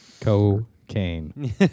cocaine